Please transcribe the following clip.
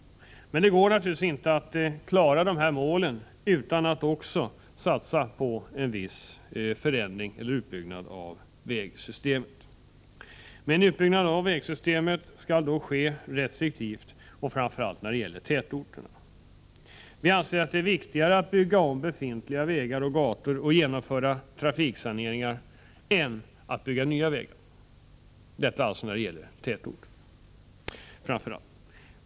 Men det går naturligtvis inte att klara dessa mål utan att också satsa på en förändring eller utbyggnad av vägsystemet. Men en utbyggnad av vägsystemet skall ske restriktivt när det gäller tätorterna. Vi anser att det är viktigare att bygga om befintliga vägar och gator och genomföra trafiksaneringar än att bygga nya vägar — detta framför allt när det gäller tätorter.